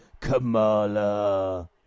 Kamala